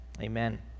Amen